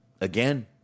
Again